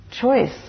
choice